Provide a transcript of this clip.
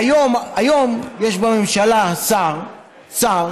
והיום, היום יש בממשלה שר, שר